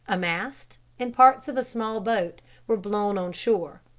a mast, and parts of a small boat were blown on shore.